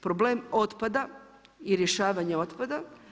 Problem otpada i rješavanja otpada.